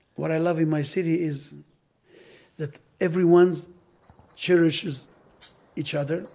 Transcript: what i love in my city is that everyone's cherishes each other.